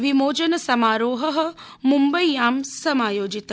विमोचनसमारोह म्म्बय्यां समायोजित